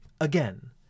Again